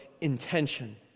intention